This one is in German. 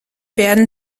werden